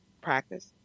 practice